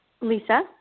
Lisa